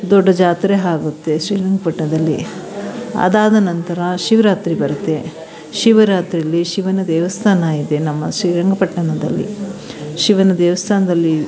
ದೊಡ್ಡ ಜಾತ್ರೆ ಆಗುತ್ತೆ ಶ್ರೀರಂಗಪಟ್ಟಣದಲ್ಲಿ ಅದಾದ ನಂತರ ಶಿವರಾತ್ರಿ ಬರುತ್ತೆ ಶಿವರಾತ್ರೀಲಿ ಶಿವನ ದೇವಸ್ಥಾನ ಇದೆ ನಮ್ಮ ಶ್ರೀರಂಗಪಟ್ಟಣದಲ್ಲಿ ಶಿವನ ದೇವಸ್ಥಾನದಲ್ಲಿ